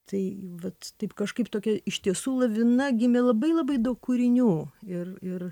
tai vat taip kažkaip tokia iš tiesų lavina gimė labai labai daug kūrinių ir ir